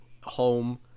home